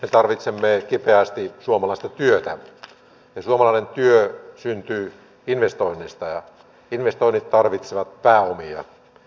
me tarvitsemme kipeästi suomalaista työtä ja suomalainen työ syntyy investoinneista ja investoinnit tarvitsevat pääomia